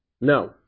No